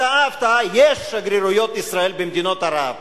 הפתעה הפתעה: יש שגרירויות ישראל במדינות ערב,